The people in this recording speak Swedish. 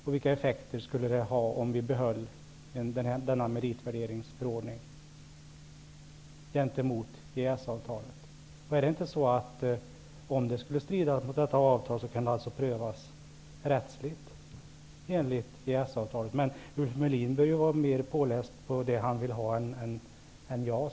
Vilka effekter skulle det ha om vi behöll denna meritvärderingsförordning? Om den skulle strida mot detta avtal, kan det väl prövas rättsligt enligt EES-avtalet? Men Ulf Melin bör väl vara mer påläst på det som han vill ha än jag.